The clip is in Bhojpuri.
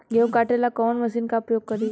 गेहूं काटे ला कवन मशीन का प्रयोग करी?